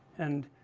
and,